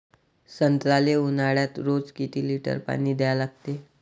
संत्र्याले ऊन्हाळ्यात रोज किती लीटर पानी द्या लागते?